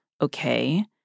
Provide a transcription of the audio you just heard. okay